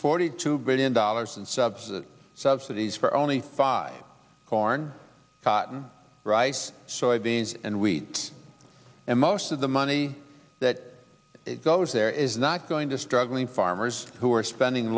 forty two billion dollars in subsidies subsidies for only by corn cotton rice so id's and wheat and most of the money that goes there is not going to struggling farmers who are spending